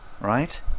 Right